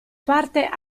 parte